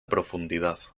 profundidad